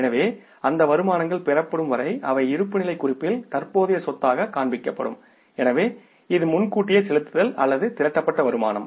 எனவே அந்த வருமானங்கள் பெறப்படும் வரை அவை இருப்புநிலைக் குறிப்பில் தற்போதைய சொத்தாகக் காண்பிக்கப்படும் எனவே இது முன்கூட்டியே செலுத்துதல் அல்லது திரட்டப்பட்ட வருமானம்